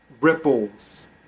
ripples